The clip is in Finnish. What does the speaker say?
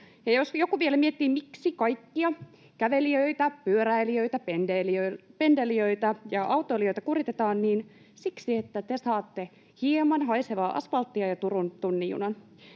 Jos joku vielä miettii, miksi kaikkia — kävelijöitä, pyöräilijöitä, pendelöijiä ja autoilijoita — kuritetaan, niin siksi, että te saatte hieman haisevaa asfalttia ja Turun tunnin junan.